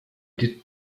did